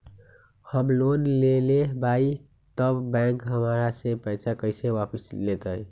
हम लोन लेलेबाई तब बैंक हमरा से पैसा कइसे वापिस लेतई?